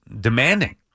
demanding